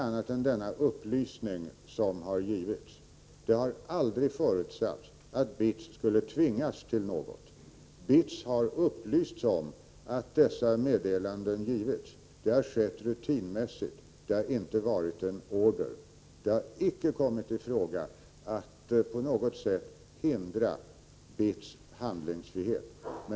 Ingen annan upplysning än denna har givits. Det har aldrig förutsatts att BITS skulle tvingas till något. BITS har upplysts om att dessa meddelanden lämnats. Det har skett rutinmässigt. Det har inte varit en order. Det har icke kommit i fråga att på något sätt hindra BITS handlingsfrihet.